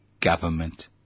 government